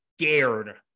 scared